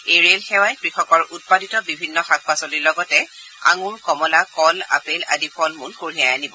এই ৰেল সেৱাই কৃষকৰ উৎপাদিত বিভিন্ন শাক পাঁচলিৰ লগতে আঙূৰ কমলা কল আপেল আদি ফল মূল কঢ়িয়াই আনিব